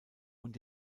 und